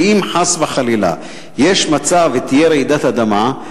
אם חס וחלילה יש מצב ותהיה רעידת אדמה,